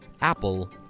Apple